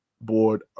board